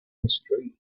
mystery